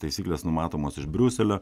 taisyklės numatomos iš briuselio